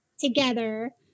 together